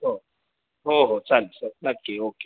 हो हो हो चालेल सर नक्की ओके